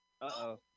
Uh-oh